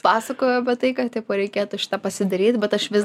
pasakoja apie tai kad tipo reikėtų šitą pasidaryt bet aš vis